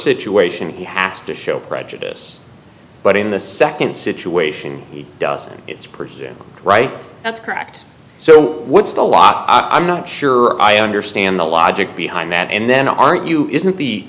situation he has to show prejudice but in the nd situation he doesn't it's pretty clear right that's correct so what's the law i'm not sure i understand the logic behind that and then aren't you isn't the